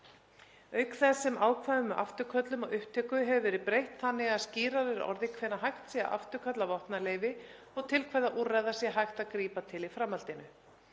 auk þess sem ákvæðum um afturköllun og upptöku hefur verið breytt þannig að skýrar er orðið hvenær hægt sé að afturkalla vopnaleyfi og til hvaða úrræða sé hægt að grípa til í framhaldinu.